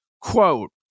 Quote